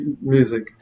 music